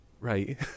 Right